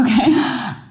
okay